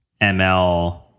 ML